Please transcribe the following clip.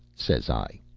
says i.